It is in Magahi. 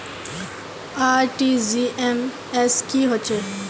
आर.टी.जी.एस की होचए?